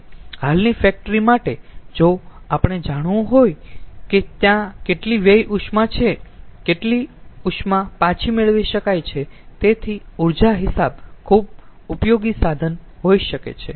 ખાસ કરીને હાલની ફેક્ટરી માટે જો આપણે જાણવું હોય કે ત્યાં કેટલી વ્યય ઉષ્મા છે કેટલી ઉષ્મા પાછી મેળવી શકાય છે તેથી ઊર્જા હિસાબ ખુબ ઉપયોગી સાધન હોઈ શકે છે